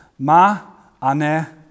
Ma'ane